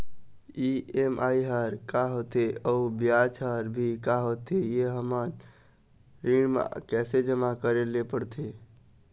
EMI हर का होथे अऊ ब्याज हर भी का होथे ये हर हमर ऋण मा कैसे जमा करे ले पड़ते?